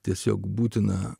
tiesiog būtina